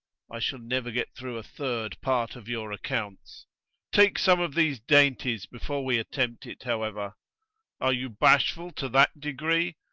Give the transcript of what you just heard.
i shall never get through a third part of your accounts take some of these dainties before we attempt it, however are you bashful to that degree?